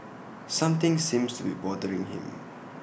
something seems to be bothering him